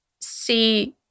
see